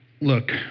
Look